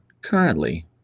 currently